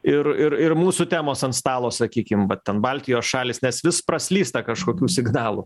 ir ir ir mūsų temos ant stalo sakykim va ten baltijos šalys nes vis praslysta kažkokių signalų